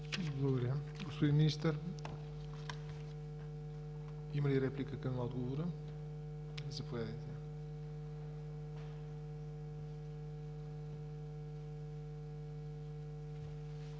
Благодаря, господин Министър. Има ли реплика към отговора? Заповядайте.